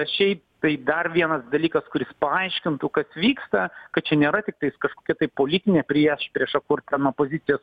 šiaip tai dar vienas dalykas kuris paaiškintų kas vyksta kad čia nėra tiktais kažkokia tai politinė priešprieša kur ten opozicija